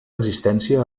existència